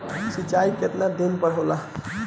सिंचाई केतना दिन पर होला?